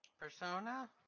Persona